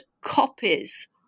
copies